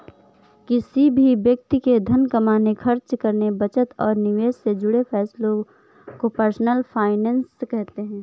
किसी भी व्यक्ति के धन कमाने, खर्च करने, बचत और निवेश से जुड़े फैसलों को पर्सनल फाइनैन्स कहते हैं